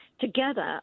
together